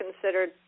considered